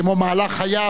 כמו מהלך חייו,